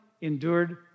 endured